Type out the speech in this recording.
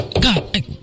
God